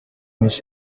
miss